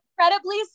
incredibly